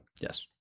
Yes